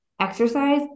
exercise